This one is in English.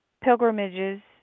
pilgrimages